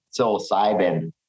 psilocybin